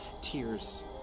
tears